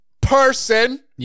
person